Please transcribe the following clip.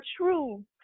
true